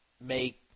make